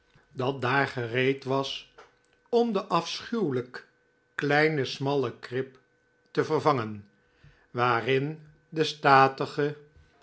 dat daar gereed was om de afschuwelijk kleine smalle krib te vervangen waarin de statige